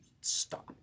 stop